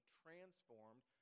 transformed